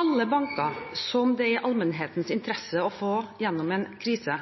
Alle banker som det er i allmennhetens interesse å få igjennom en krise,